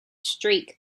streak